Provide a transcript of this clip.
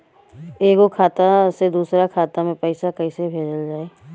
एगो खाता से दूसरा खाता मे पैसा कइसे भेजल जाई?